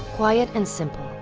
quiet and simple,